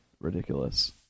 ridiculous